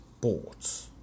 bought